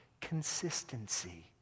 consistency